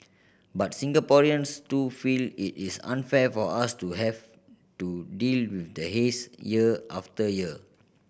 but Singaporeans too feel it is unfair for us to have to deal with the haze year after year